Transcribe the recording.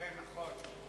נכון.